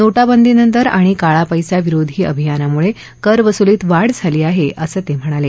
नोटाबंदीनंतर आणि काळपैसा विरोधी अभियानामुळे करवसुलीत वाढ झाली आहे असं ते म्हणाले